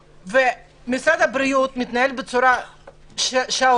משרד הבריאות מתנהל בצורה שערורייתית,